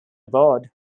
aboard